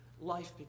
life